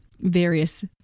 various